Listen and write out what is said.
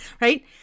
Right